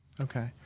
Okay